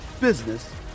business